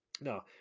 No